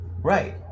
Right